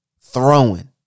Throwing